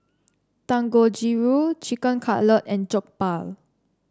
Dangojiru Chicken Cutlet and Jokbal